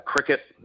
cricket